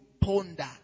ponder